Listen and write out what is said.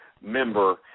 Member